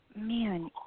man